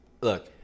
look